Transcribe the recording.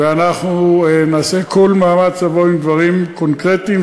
ואנחנו נעשה כל מאמץ לבוא עם דברים קונקרטיים,